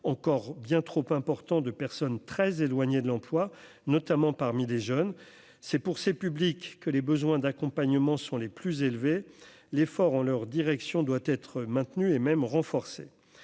encore bien trop important de personnes très éloignées de l'emploi, notamment parmi les jeunes, c'est pour ces publics que les besoins d'accompagnement, ce sont les plus élevés, l'effort en leur direction doit être maintenue et même renforcée